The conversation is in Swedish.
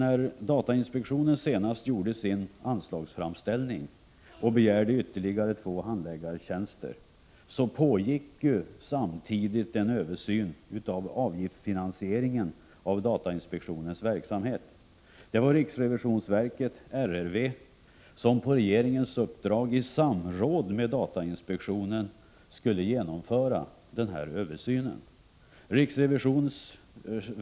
När datainspektionen senast gjorde sin anslagsframställning och begärde ytterligare två handläggartjänster, så pågick samtidigt en översyn av avgiftsfinansieringen av datainspektionens verksamhet. Det var riksrevisionsverket, RRV, som på regeringens uppdrag, i samråd med datainspektionen, skulle genomföra denna översyn.